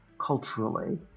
culturally